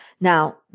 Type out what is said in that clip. Now